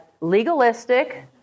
legalistic